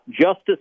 Justice